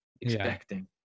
expecting